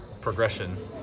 progression